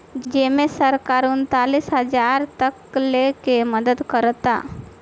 जेमे से सरकार अड़तालीस हजार तकले के मदद करता